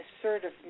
assertiveness